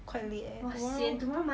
quite late eh tomorrow